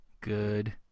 Good